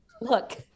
look